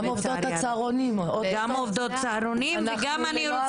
גם עובדות הצהרונים, אנחנו ללא עבודה.